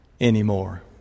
anymore